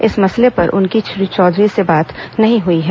इस मंसले पर उनकी श्री चौधरी से कोई बात नही हुई है